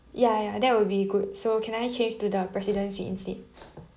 ya ya that would be good so can I change to the president suite instead